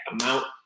amount